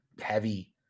heavy